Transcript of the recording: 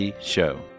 show